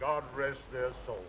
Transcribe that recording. god rest his soul